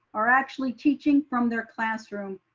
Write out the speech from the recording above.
are actually teaching from their classroom,